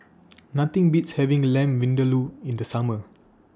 Nothing Beats having Lamb Vindaloo in The Summer